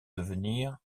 devenir